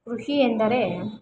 ಕೃಷಿ ಎಂದರೆ